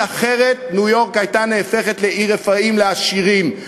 כי אחרת ניו-יורק הייתה נהפכת לעיר רפאים לעשירים.